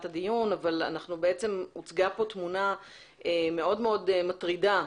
הדיון כי הוצגה כאן תמונה מאוד מאוד מטרידה,